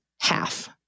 half